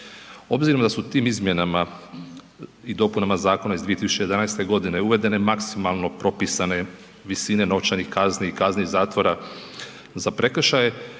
Obzirom da su tim izmjenama i dopunama zakona iz 2011.g. uvedene maksimalno propisane visine novčanih kazni i kazni zatvora za prekršaje,